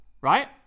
right